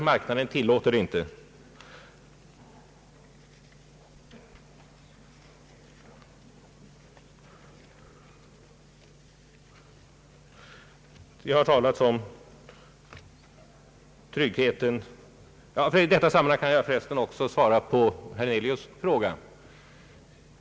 Marknaden tillåter det helt enkelt inte. I detta sammanhang kan jag också svara på herr Hernelius fråga.